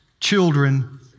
children